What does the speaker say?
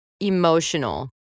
emotional